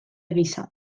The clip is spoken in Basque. gisa